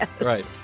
Right